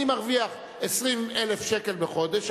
אני מרוויח 20,000 שקל בחודש,